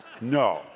No